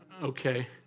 Okay